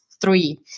three